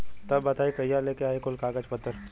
तब बताई कहिया लेके आई कुल कागज पतर?